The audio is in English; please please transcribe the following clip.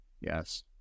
yes